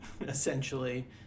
essentially